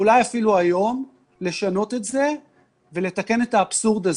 אולי אפילו היום, ולתקן את האבסורד הזה.